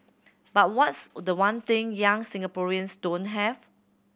but what's the one thing young Singaporeans don't have